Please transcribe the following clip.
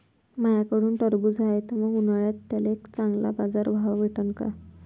माह्याकडं टरबूज हाये त मंग उन्हाळ्यात त्याले चांगला बाजार भाव भेटन का?